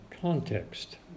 context